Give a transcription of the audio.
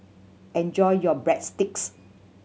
enjoy your Breadsticks